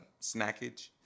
snackage